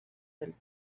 del